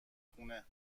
خونه